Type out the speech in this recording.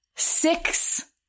Six